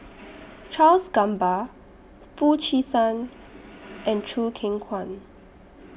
Charles Gamba Foo Chee San and Choo Keng Kwang